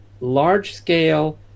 large-scale